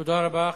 תודה רבה.